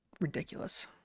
Ridiculous